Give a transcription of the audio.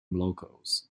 locals